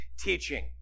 teaching